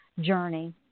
journey